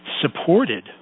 supported